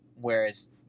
whereas